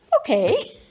okay